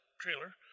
trailer